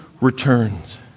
returns